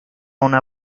una